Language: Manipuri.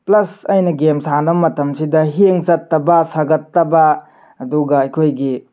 ꯄ꯭ꯂꯁ ꯑꯩꯅ ꯒꯦꯝ ꯁꯥꯟꯅꯕ ꯃꯇꯝꯁꯤꯗ ꯍꯦꯡ ꯆꯠꯇꯕ ꯁꯥꯒꯠꯇꯕ ꯑꯗꯨꯒ ꯑꯩꯈꯣꯏꯒꯤ